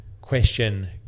question